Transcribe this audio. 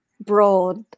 broad